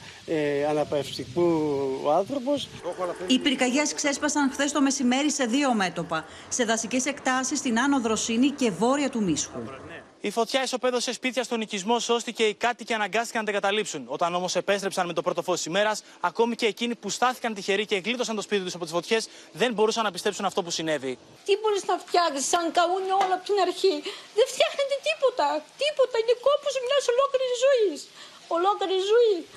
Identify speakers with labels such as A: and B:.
A: Ε, αναπαυστικού άνθρωπος.
B: Οι πυρκαγιές ξέσπασαν χθες το μεσημέρι σε δύο μέτωπα. Σε δασικές εκτάσεις, στην Άνω Δροσινή και βόρεια του Μίσχου.
C: Η φωτιά ισοπέδωσε σπίτια στον οικισμό Σώστη και οι κάτοικοι αναγκάστηκαν να τα εγκαταλείψουν. Όταν όμως επέστρεψαν με το πρώτο φως της ημέρας, ακόμη και εκείνοι που στάθηκαν τυχεροί και γλίτωσαν το σπίτι τους από τις φωτιές, δεν μπορούσαν να πιστέψουν αυτό που συνέβη.
D: Τι μπορείς να φτιάξεις, σαν καούνε όλα από την αρχή? Δεν φτιάχνεται τίποτα. Τίποτα. Είναι κόπος μιας ολόκληρης ζωής. Ολόκληρη ζωή.